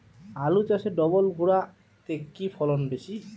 আলু চাষে ডবল ভুরা তে কি ফলন বেশি?